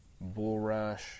bulrush